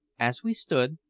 as we stood,